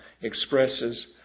expresses